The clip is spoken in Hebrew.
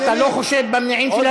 אתה לא חושד במניעים שלהם?